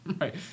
Right